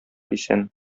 исән